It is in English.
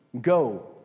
go